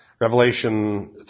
Revelation